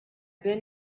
been